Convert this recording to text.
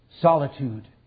Solitude